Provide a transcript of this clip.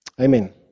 amen